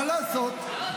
מה לעשות?